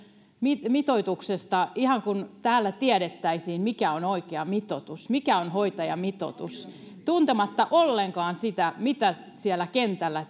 mitoituksesta ihan kuin täällä tiedettäisiin mikä on oikea mitoitus mikä on hoitajamitoitus tuntematta ollenkaan sitä mitä siellä kentällä